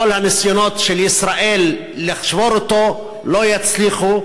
כל הניסיונות של ישראל לשבור אותו לא יצליחו,